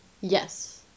Yes